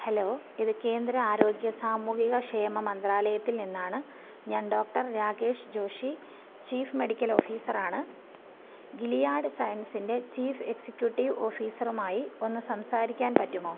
hello ഇത് കേന്ദ്ര ആരോഗ്യ സാമൂഹിക ക്ഷേമ മന്ത്രാലയത്തിൽ നിന്നാണ് ഞാൻ doctor Rakesh Joshi chief medical officer ആണ് ഗിലിയാഡ് സയൻസിൻ്റെ ചീഫ് എക്സിക്യൂട്ടീവ് ഓഫിസറുമായി ഒന്ന് സംസാരിക്കാൻ പറ്റുമോ